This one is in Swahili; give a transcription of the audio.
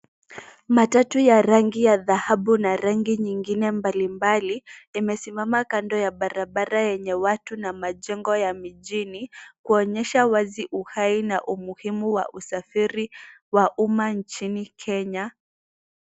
Matatu ya rangi ya dhahabu na rangi nyengine mbalimbali imesimama kando ya barabara yenye watu na majengo ya mijini kuonyesha wazi uhai na umuhimu wa usafiri wa umma nchini Kenya.